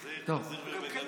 תחזיר, תחזיר, ובגדול.